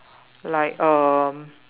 like um